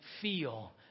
feel